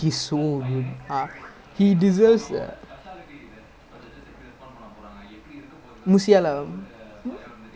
but now they how come I'm surprised they starting the moosiyala guy because like quite young right his playing good ah